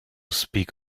speak